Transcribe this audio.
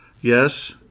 yes